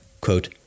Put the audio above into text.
quote